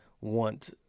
want